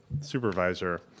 supervisor